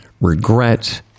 regret